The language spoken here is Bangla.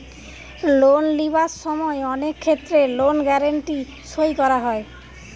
লোন লিবার সময় অনেক ক্ষেত্রে লোন গ্যারান্টি সই করা হয়